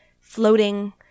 floating